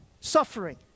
suffering